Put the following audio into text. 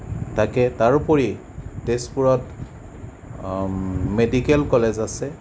তাকে তাৰোপৰি তেজপুৰত মেডিকেল কলেজ আছে